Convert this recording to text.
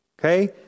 Okay